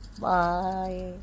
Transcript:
Bye